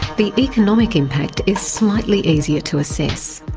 the economic impact is slightly easier to assess.